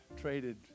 traded